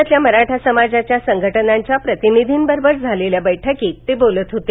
राज्यातील मराठा समाजाच्या संघटनांच्या प्रतिनिधींबरोबर झालेल्या बैठकीत ते बोलत होते